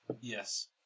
Yes